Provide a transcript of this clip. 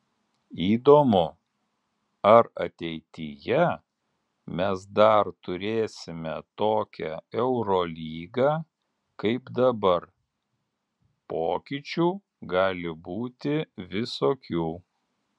įdomu ar ateityje mes dar turėsime tokią eurolygą kaip dabar pokyčių gali būti visokių